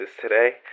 today